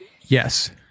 Yes